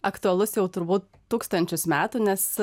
aktualus jau turbūt tūkstančius metų nes